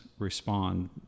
Respond